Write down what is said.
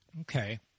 okay